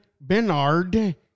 Bernard